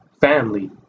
family